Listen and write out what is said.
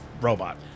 robot